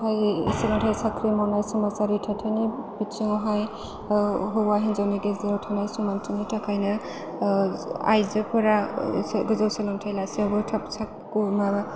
आं सिगांहाय साख्रि मावनाय समाजारि थाथायनि बिथिङावहाय हौवा हिनजाव गेजेराव थानाय समानथिनि थाखायनो आइजोफोरा गोजौ सोलोंथाइ लासेयावबो थाब माबा